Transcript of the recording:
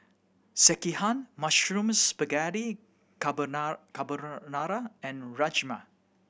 Sekihan Mushroom Spaghetti Carbonara and Rajma